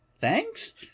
thanks